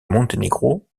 monténégro